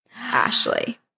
Ashley